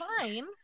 fine